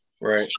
Right